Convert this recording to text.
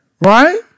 Right